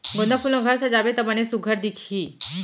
गोंदा फूल म घर सजाबे त बने सुग्घर दिखही